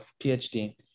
PhD